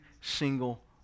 single